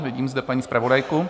Vidím zde paní zpravodajku.